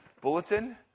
bulletin